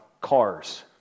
cars